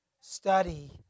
study